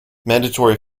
mandatory